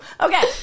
Okay